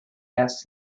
asks